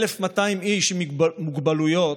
1,200 איש עם מוגבלויות